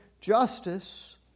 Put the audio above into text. justice